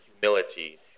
humility